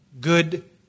good